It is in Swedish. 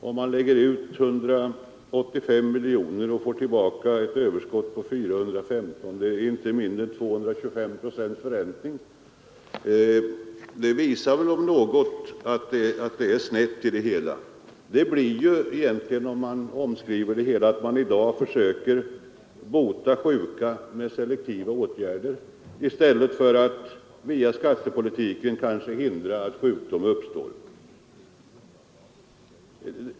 Om man lägger ut 185 miljoner och får tillbaka ett överskott på 415 miljoner blir det inte mindre än 225 procents förräntning. Detta visar väl om något att det hela är snett. Det innebär egentligen, för att göra en omskrivning, att man i dag försöker bota sjuka med selektiva åtgärder i stället för att via skattepolitiken hindra att sjukdom uppstår.